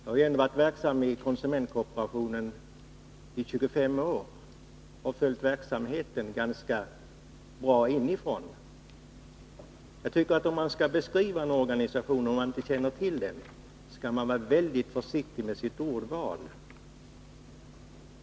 Jag har ändå varit verksam inom konsumentkooperationen i 25 år och följt verksamheten ganska väl inifrån. Jag tycker att om man skall beskriva en organisation och inte känner till den, skall man vara väldigt försiktig med sitt ordval.